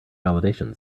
validation